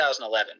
2011